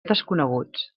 desconeguts